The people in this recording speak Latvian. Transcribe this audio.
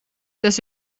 tas